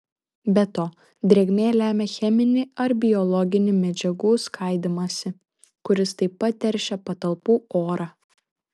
be to drėgmė lemia cheminį ar biologinį medžiagų skaidymąsi kuris taip pat teršia patalpų orą